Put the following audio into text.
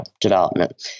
development